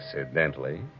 accidentally